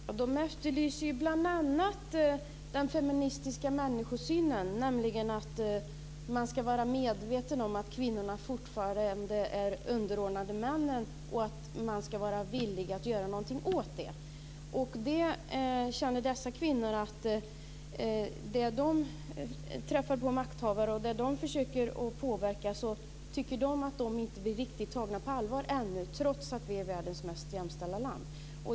Herr talman! Dessa kvinnor efterlyser bl.a. den feministiska människosynen som innebär att man ska vara medveten om att kvinnorna fortfarande är underordnade männen och att man ska vara villig att göra någonting åt det. När dessa kvinnor träffar på makthavare och försöker att påverka tycker de att de inte blir tagna riktigt på allvar, trots att vi är världens mest jämställda land.